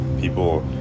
people